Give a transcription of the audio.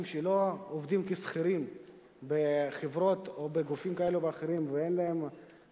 שלא עובדים כשכירים בחברות או בגופים כאלו ואחרים ואין להם